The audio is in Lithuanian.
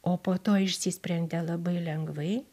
o po to išsisprendė labai lengvai